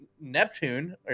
Neptune